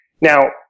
Now